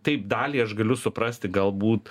taip dalį aš galiu suprasti galbūt